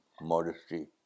modesty